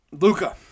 Luca